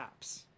apps